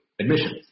admissions